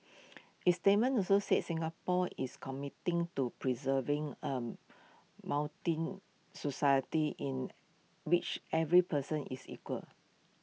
its statement also said Singapore is committing to preserving A moulting society in which every person is equal